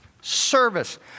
Service